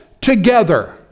together